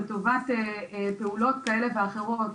לטובת פעולות כאלה ואחרות,